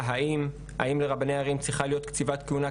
השאלה האם לרבני ערים צריכה להיות קציבת כהונה,